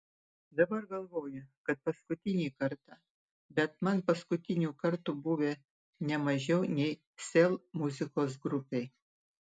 dabar galvoju kad paskutinį kartą bet man paskutinių kartų buvę ne mažiau nei sel muzikos grupei